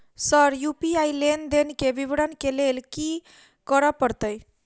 Sir UPI लेनदेन केँ विवरण केँ लेल की करऽ परतै?